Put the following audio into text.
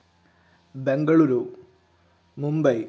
Bengaluru Mumbai